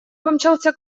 помчался